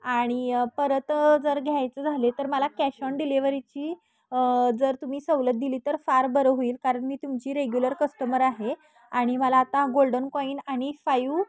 आणि परत जर घ्यायचं झाले तर मला कॅश ऑन डिलेव्हीची जर तुम्ही सवलत दिली तर फार बरं होईल कारण मी तुमची रेग्युलर कस्टमर आहे आणि मला आता गोल्डन कॉईन आणि फायू